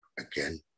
again